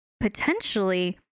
potentially